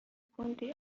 kundi